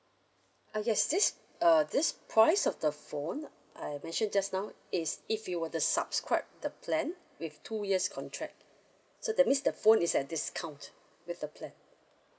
ah yes this uh this price of the phone I mention just now is if you were to subscribe the plan with two years contract so that means the phone is at a discount with the plan